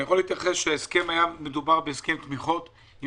היה מדובר על הסכם תמיכות של